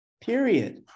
period